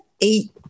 eight